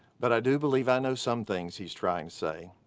but i do believe i know some things he's trying to say.